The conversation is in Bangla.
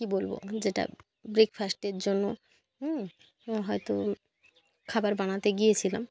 কি বলবো আমি যেটা ব্রেকফাস্টের জন্য হয়তো খাবার বানাতে গিয়েছিলাম